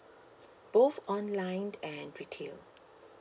both online and retail